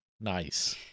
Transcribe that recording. Nice